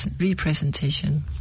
representation